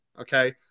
okay